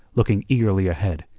looking eagerly ahead,